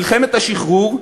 מלחמת השחרור,